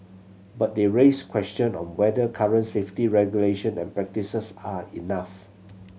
but they raise question on whether current safety regulation and practices are enough